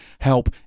help